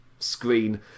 screen